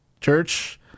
church